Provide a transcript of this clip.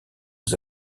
des